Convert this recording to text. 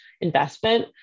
investment